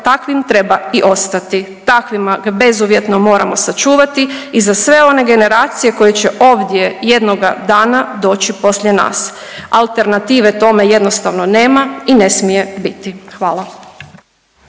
takvim treba i ostati. Takvima ga bezuvjetno moramo sačuvati i za sve one generacije koje će ovdje jednoga dana doći poslije nas. Alternative tome jednostavno nema i ne smije biti. Hvala.